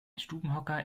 stubenhocker